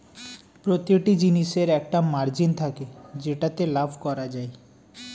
প্রতিটি জিনিসের একটা মার্জিন থাকে যেটাতে লাভ করা যায়